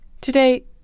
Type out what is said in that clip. Today